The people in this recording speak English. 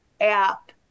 app